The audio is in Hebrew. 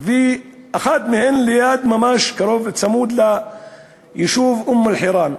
ואחת מהן ליד, ממש קרוב וצמוד ליישוב אום-אלחיראן.